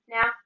Now